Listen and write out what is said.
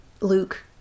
Luke